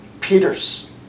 Peter's